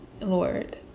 Lord